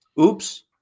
Oops